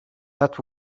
that